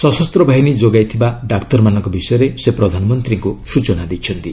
ସଶସ୍ତ ବାହିନୀ ଯୋଗାଇଥିବା ଡାକ୍ତରମାନଙ୍କ ବିଷୟରେ ସେ ପ୍ରଧାନମନ୍ତ୍ରୀଙ୍କୁ ସୂଚନା ଦେଇଛନ୍ତି